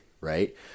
right